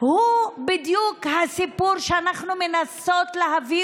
הוא בדיוק הסיפור שאנחנו מנסות להביא